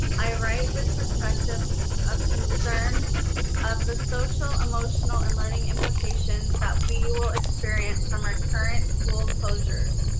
i write with perspective of concern of the social, emotional and learning implications that we will experience from our current school closures.